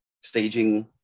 staging